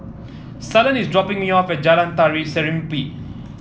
Suellen is dropping me off at Jalan Tari Serimpi